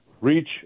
reach